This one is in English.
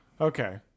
okay